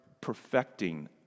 perfecting